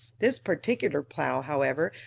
this particular plow, however,